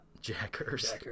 jackers